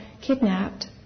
kidnapped